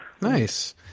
nice